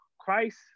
Christ